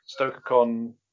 StokerCon